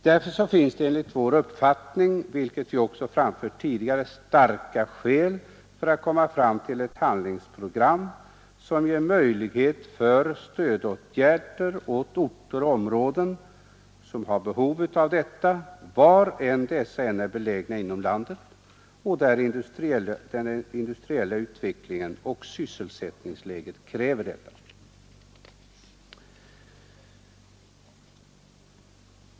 Därför talar enligt vår uppfattning, vilket också framförts tidigare, starka skäl för att vi måste försöka komma fram till ett handlingsprogram som germöjlighet att vidta stödåtgärder när det gäller orter och områden som har behov av sådana, var de än är belägna inom landet, om den industriella utvecklingen och sysselsättningsläget kräver det.